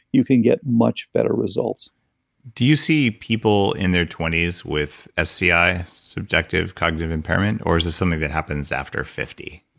you can get much better results do you see people in their twenty s with sci, subjective cognitive impairment? or is this something that happens after fifty?